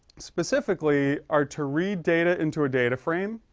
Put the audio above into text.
specifically are to read data into a data frame.